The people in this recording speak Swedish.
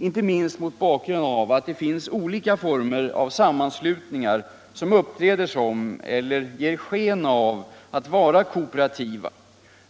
Inte minst mot bakgrund av att det finns olika former av sammanslutningar som uppträder som eller ger sken av att vara kooperativa.